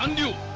um do